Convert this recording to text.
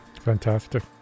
fantastic